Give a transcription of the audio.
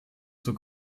zur